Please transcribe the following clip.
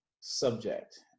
subject